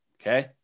Okay